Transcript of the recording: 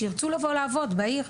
שירצו לעבוד בעיר,